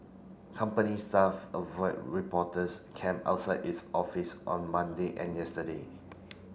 company staff avoid reporters camp outside its office on Monday and yesterday